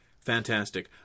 Fantastic